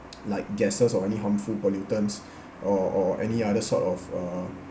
like gases or any harmful pollutants or or any other sort of uh